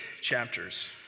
chapters